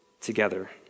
together